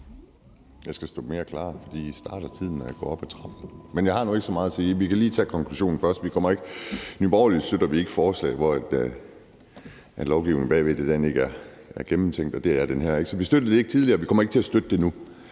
Jeg skal stå mere klar, for I starter tiden, når jeg går op ad trappen. Jeg har nu ikke så meget at sige. Vi kan lige tage konklusionen først: I Nye Borgerlige støtter vi ikke forslag, hvor lovgivningen bag ikke er gennemtænkt, og det er den ikke her. Så vi har ikke støttet det tidligere, og vi kommer ikke til at støtte det nu.